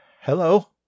Hello